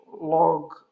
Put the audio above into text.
log